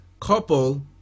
couple